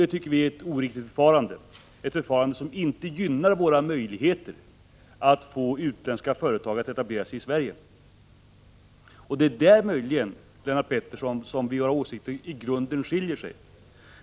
Det tycker vi är ett oriktigt förfarande, ett förfarande som inte gynnar våra möjligheter att få utländska företag att etablera sig i Sverige. Det är möjligen där, Lennart Pettersson, som våra åsikter i grunden skiljer sig.